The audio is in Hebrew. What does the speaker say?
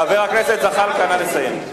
חבר הכנסת זחאלקה, נא לסיים.